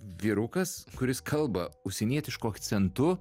vyrukas kuris kalba užsienietišku akcentu